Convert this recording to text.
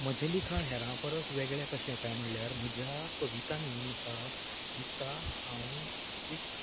म्हजें लेखन हेरां परस वेगळें कशें कांय म्हणल्यार म्हज्या कवितांनी म्हाका दिसता हांव एक